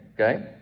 Okay